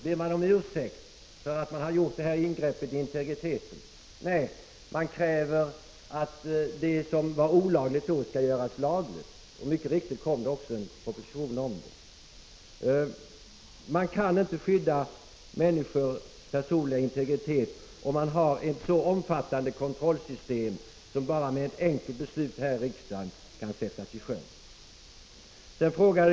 Ber man om ursäkt för att man har gjort detta ingrepp i integriteten? Nej, man kräver att det som var olagligt då skall göras lagligt. Mycket riktigt kom det också en proposition om det. Man kan inte skydda människors personliga integritet om man har ett så omfattande kontrollsystem, som med bara ett enkelt beslut här i riksdagen kan sättas i sjön.